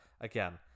again